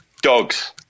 Dogs